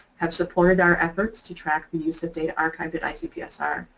have supported our efforts to track the use of data archived at icpsr.